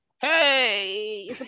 hey